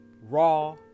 Raw